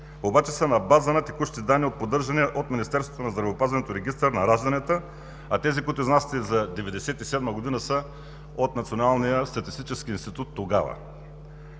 обаче са на база на текущи данни, поддържани от Министерството на здравеопазването – Регистър на ражданията, а тези, които изнасяте за 1997 г., са от